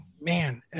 man